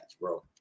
bro